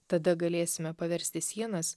tada galėsime paversti sienas